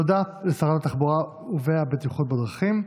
תודה לשרת התחבורה והבטיחות בדרכים.